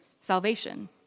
salvation